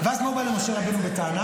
ואז מה הוא בא למשה רבנו בטענה?